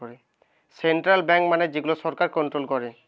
central bank মানে যে গুলা সরকার কন্ট্রোল করে